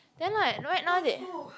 then like right now they